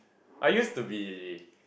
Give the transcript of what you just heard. I used to be